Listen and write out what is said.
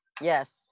yes